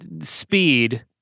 speed